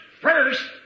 first